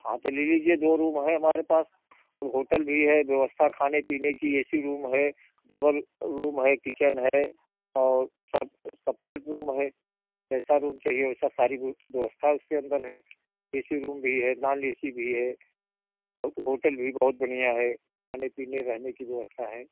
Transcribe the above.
हाँ तो ले लीजिए दो रूम है हमारे पास अब होटल भी है व्यवस्था खाने पीने की ऐ सी रूम है डबल रूम है किचन है और सब रूम है कैसा रूम चाहिए वैसी सारी व्यवस्था उसके अंदर है ए सी रूम भी है नॉन ए सी भी है औ होटल भी बहुत बढ़िया है खाने पीने रहने की व्यवस्था है